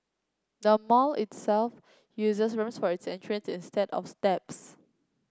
the mall itself uses ramps for its entrances instead of steps